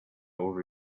over